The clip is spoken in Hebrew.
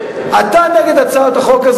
נציגי כל הסיעות,